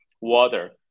water